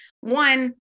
One